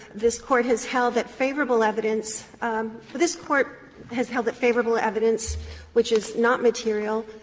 this court has held that favorable evidence this court has held that favorable evidence which is not material